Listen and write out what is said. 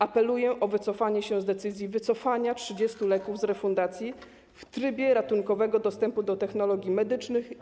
Apeluję o wycofanie się z decyzji o wycofaniu 30 leków z refundacji w trybie ratunkowego dostępu do technologii medycznych.